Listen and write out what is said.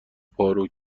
پارو